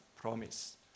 promise